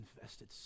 infested